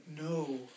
No